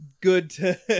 good